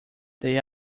they